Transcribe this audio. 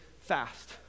fast